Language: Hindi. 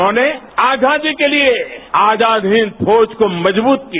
उन्होंने आजादी के लिए आजाद हिंद फौज को मजबूत किया